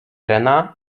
rena